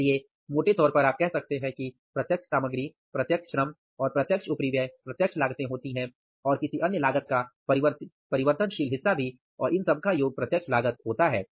इसलिए मोटे तौर पर आप कह सकते हैं कि प्रत्यक्ष सामग्री प्रत्यक्ष श्रम और प्रत्यक्ष उपरिव्यय प्रत्यक्ष लागत होती है और किसी अन्य लागत का परिवर्तनशील हिस्सा भी और इन सब का योग प्रत्यक्ष लागत होता है